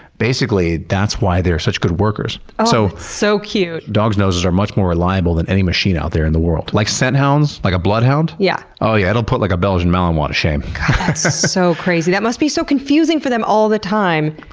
basically, that's why they're such good workers. oh, that's so so cute. dogs noses are much more reliable than any machine out there in the world. like scent hounds? like a bloodhound? yeah oh yeah, it'll put like a belgian malinois ah to shame. that's so crazy. that must be so confusing for them all the time.